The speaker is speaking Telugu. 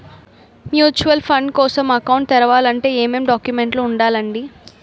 మ్యూచువల్ ఫండ్ కోసం అకౌంట్ తెరవాలంటే ఏమేం డాక్యుమెంట్లు ఉండాలండీ?